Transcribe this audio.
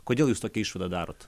kodėl jūs tokią išvadą darot